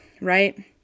Right